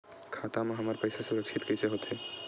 खाता मा हमर पईसा सुरक्षित कइसे हो थे?